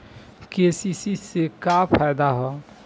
KCC से का फायदा ह?